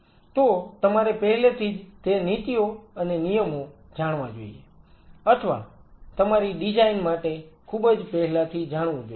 તો તમારે પહેલાથીજ તે નીતિઓ અને નિયમો જાણવા જોઈએ અથવા તમારી ડિઝાઈન માટે ખૂબજ પહેલાથી જાણવું જોઈએ